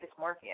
dysmorphia